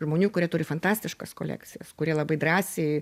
žmonių kurie turi fantastiškas kolekcijas kurie labai drąsiai